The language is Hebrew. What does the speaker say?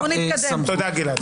תודה, גלעד.